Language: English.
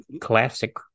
Classic